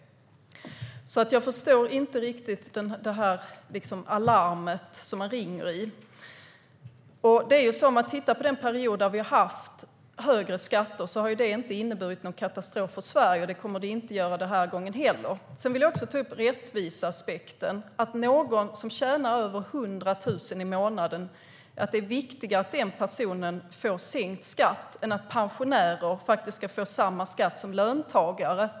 Jag förstår inte riktigt alarmet som man ringer i. Om vi tittar på perioder där vi har haft högre skatter har det inte inneburit någon katastrof för Sverige, och det kommer det inte att göra den här gången heller. Jag vill också ta upp rättviseaspekten. Är det viktigare att någon som tjänar över 100 000 kronor i månaden får sänkt skatt än att pensionärer faktiskt ska få samma skatt som löntagare?